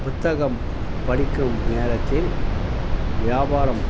புத்தகம் படிக்கும் நேரத்தில் வியாபாரம்